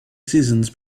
seasons